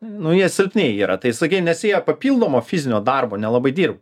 nu jie silpni yra tai sakykim nes jie papildomo fizinio darbo nelabai dir